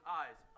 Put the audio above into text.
eyes